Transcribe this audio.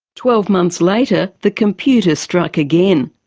twelve months later, the computers strike again.